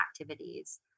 activities